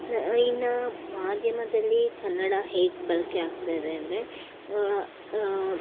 ನ ಇನ್ನು ಮಾಧ್ಯಮದಲ್ಲಿ ಕನ್ನಡ ಹೇಗೆ ಬಳಕೆ ಆಗ್ತಾಯಿದೆ ಅಂದರೆ